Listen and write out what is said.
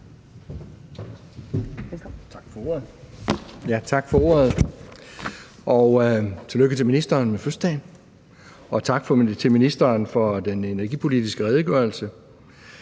Kissmeyer (V): Tak for ordet. Og tillykke til ministeren med fødselsdagen, og tak til ministeren for den energipolitiske redegørelse.